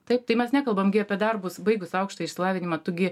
taip tai mes nekalbam gi apie darbus baigus aukštąjį išsilavinimą tu gi